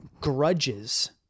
grudges